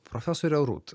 profesore rūt